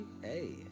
Hey